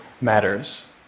matters